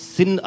Sin